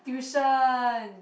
tuition